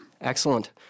Excellent